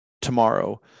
tomorrow